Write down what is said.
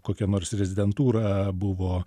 kokia nors rezidentūra buvo